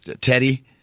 Teddy